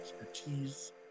expertise